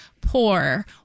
poor